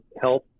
health